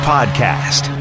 Podcast